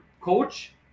coach